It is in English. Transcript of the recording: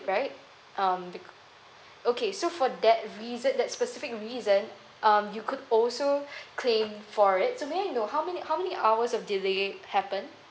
right um be~ okay so for that reason that specific reason um you could also claim for it so may I know how many how many hours of delay happen